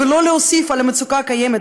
ולא להוסיף על המצוקה הקיימת,